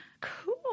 cool